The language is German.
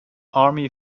army